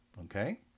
Okay